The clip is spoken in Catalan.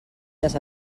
les